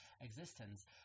existence